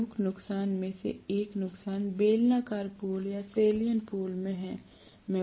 प्रमुख नुकसान में से एक नुकसान बेलनाकार पोल या सेल्यन्ट पोल में है